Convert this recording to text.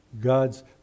God's